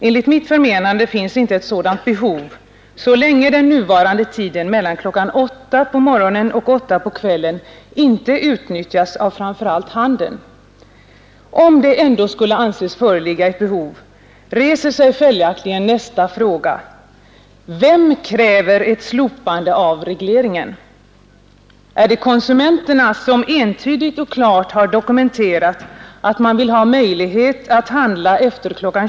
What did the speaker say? Enligt mitt förmenande finns inte ett sådant behov så länge den nuvarande tiden, mellan kl. 8.00 på morgonen och kl. 8.00 på kvällen, inte utnyttjas av framför allt handeln. Om det ändå skulle anses föreligga ett sådant behov, reser sig följaktligen nästa fråga: Vem kräver ett slopande av regleringen? Är det konsumenterna som entydigt och klart har dokumenterat att man vill ha möjlighet att handla efter kl.